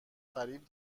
فریب